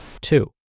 two